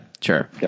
sure